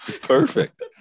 Perfect